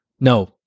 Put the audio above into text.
No